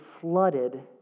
flooded